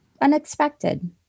unexpected